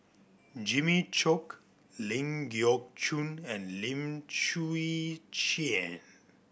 Jimmy Chok Ling Geok Choon and Lim Chwee Chian